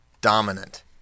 Dominant